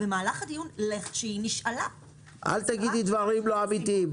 אז אל תגידי דברים לא אמיתיים.